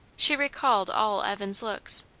she recalled all evan's looks.